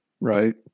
right